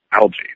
algae